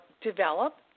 develop